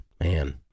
man